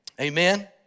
Amen